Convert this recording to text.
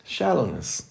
Shallowness